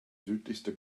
südlichste